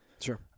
Sure